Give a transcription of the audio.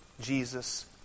Jesus